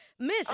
Miss